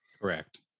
Correct